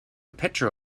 picture